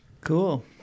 Cool